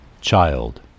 Child